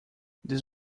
this